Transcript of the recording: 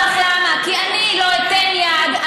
אני אומר לך למה, כי אני לא אתן יד.